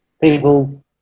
People